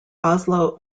oslo